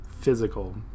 physical